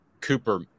Cooper